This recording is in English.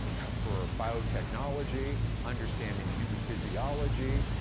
for biotechnology, understanding human physiology,